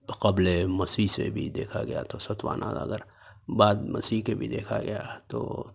قبلِ میسح سے بھی دیکھا گیا تو ستوانا اگر بعد مسیح کے بھی دیکھا گیا تو